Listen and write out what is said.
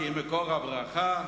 כי היא מקור הברכה,